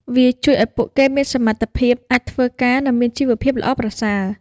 វាជួយឱ្យពួកគេមានសមត្ថភាពអាចធ្វើការនិងមានជីវភាពល្អប្រសើរ។